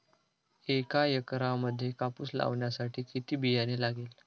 एका एकरामध्ये कापूस लावण्यासाठी किती बियाणे लागेल?